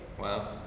Wow